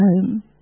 home